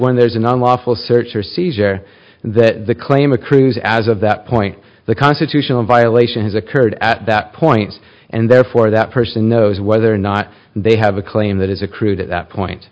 when there's an unlawful search or seizure that the claim accrues as of that point the constitutional violation has occurred at that point and therefore that person knows whether or not they have a claim that is accrued at that point